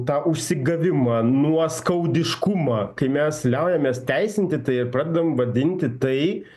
tą užsigavimą nuoskaudiškumą kai mes liaujamės teisinti tai ir pradedam vadinti tai